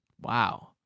Wow